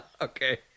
Okay